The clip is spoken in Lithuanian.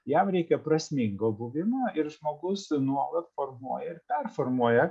jam reikia prasmingo buvimo ir žmogus nuolat formuoja ir performuoja